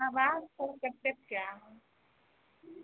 आवाजसब कटि कटिकऽ आबै